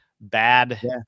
bad